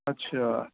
اچھا